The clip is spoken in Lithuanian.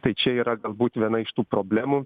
tai čia yra galbūt viena iš tų problemų